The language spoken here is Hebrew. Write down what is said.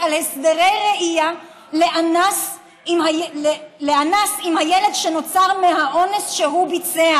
על הסדרי ראייה לאנס עם הילד שנוצר מהאונס שהוא ביצע?